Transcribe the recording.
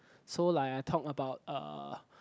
so like I talk about uh